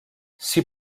s’hi